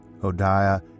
Hodiah